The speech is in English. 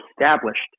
established